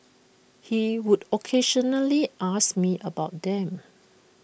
he would occasionally ask me about them